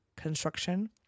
construction